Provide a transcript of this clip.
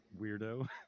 weirdo